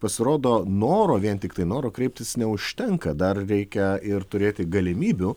pasirodo noro vien tiktai noro kreiptis neužtenka dar reikia ir turėti galimybių